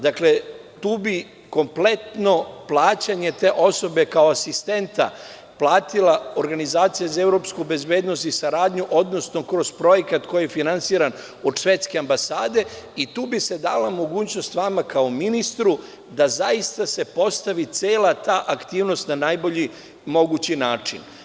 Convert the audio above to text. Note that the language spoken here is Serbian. Dakle, tu bi kompletno plaćanje te osobe kao asistenta platila organizacija za evropsku bezbednost i saradnju odnosno kroz projekta koji je finansiran od švedske ambasade i tu bi se dala mogućnost vama kao ministru da zaista se postavi cela ta aktivnost na najbolji mogući način.